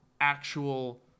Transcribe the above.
Actual